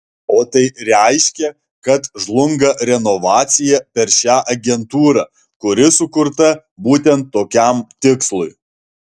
o tai reiškia kad žlunga renovacija per šią agentūrą kuri sukurta būtent tokiam tikslui